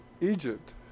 Egypt